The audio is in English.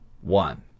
One